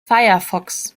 firefox